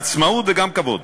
עצמאות וגם כבוד.